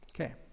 Okay